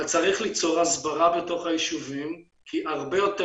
אבל צריך ליצור הסברה בתוך היישובים כי הרבה יותר